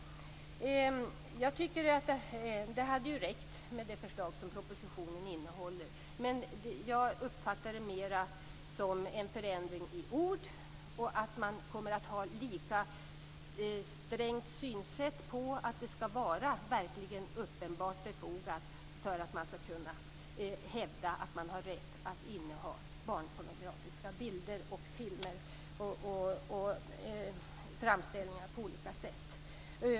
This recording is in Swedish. Jag tycker att det hade räckt med det förslag som propositionen innehåller. Jag uppfattar dock det här mest som en förändring i ord. Jag tror att man kommer att ha ett lika strängt synsätt på att det verkligen skall vara uppenbart befogat om någon skall kunna hävda att han har rätt att inneha barnpornografiska bilder, filmer och andra framställningar.